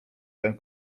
ten